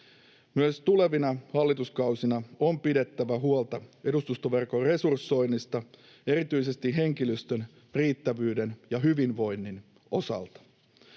Myös tulevina hallituskausina on pidettävä huolta edustustoverkon resursoinnista erityisesti henkilöstön riittävyyden ja hyvinvoinnin osalta.